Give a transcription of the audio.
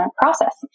process